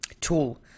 tool